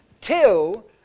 till